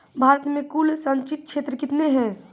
भारत मे कुल संचित क्षेत्र कितने हैं?